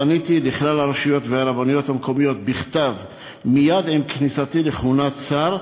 פניתי לכלל הרשויות והרבנויות המקומיות בכתב מייד עם כניסתי לכהונת שר,